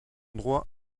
droit